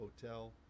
hotel